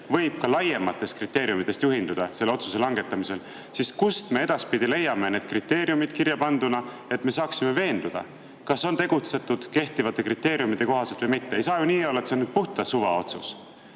võib ka laiematest kriteeriumidest juhinduda selle otsuse langetamisel, siis kust me edaspidi leiame need kriteeriumid kirjapanduna, et me saaksime veenduda, kas on tegutsetud kehtivate kriteeriumide kohaselt või mitte? Ei saa ju nii olla, et see on nüüd puhtalt suvaotsus.